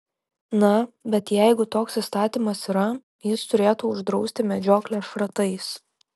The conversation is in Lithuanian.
na bet jeigu toks įstatymas yra jis turėtų uždrausti medžioklę šratais